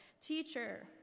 Teacher